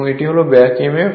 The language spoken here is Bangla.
এবং এটি হল ব্যাক emf